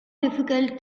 difficult